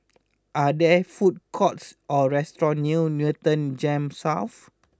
are there food courts or restaurants near Newton Gems South